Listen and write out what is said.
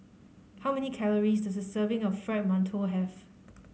how many calories does a serving of Fried Mantou have